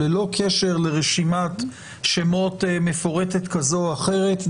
ללא קשר לרשימת שמות מפורטת כזו או אחרת,